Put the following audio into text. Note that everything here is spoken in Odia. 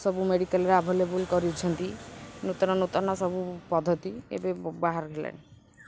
ସବୁ ମେଡ଼ିକାଲ୍ରେ ଆଭେଲେବୁଲ୍ କରିଛନ୍ତି ନୂତନ ନୂତନ ସବୁ ପଦ୍ଧତି ଏବେ ବାହାରଲାଣି